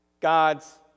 God's